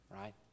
right